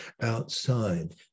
outside